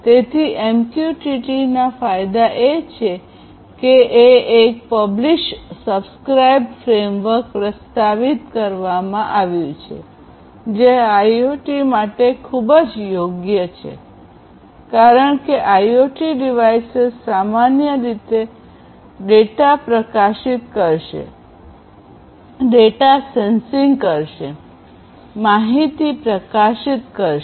તેથી એમક્યુટીટીના ફાયદા એ છે કે એક પબ્લીશ સબ્સ્ક્રાઇબ ફ્રેમવર્ક પ્રસ્તાવિત કરવામાં આવ્યું છે જે આઇઓટી માટે ખૂબ જ યોગ્ય છે કારણ કે આઇઓટી ડિવાઇસીસ સામાન્ય રીતે ડેટા પ્રકાશિત કરશે ડેટા સેન્સિંગ કરશે માહિતી પ્રકાશિત કરશે